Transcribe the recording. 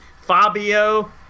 Fabio